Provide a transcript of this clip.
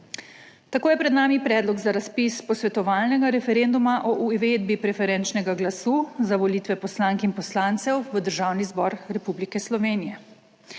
Tako je pred nami predlog za razpis posvetovalnega referenduma o uvedbi preferenčnega glasu za volitve poslank in poslancev v Državni zbor Republike Slovenije.